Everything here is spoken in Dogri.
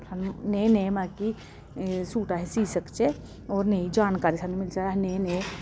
सानूं नेह् नेह् मतलब कि सूट अस सी सकचै होर नेही जानकारी सानूं मिल जाए अस नेह् नेह्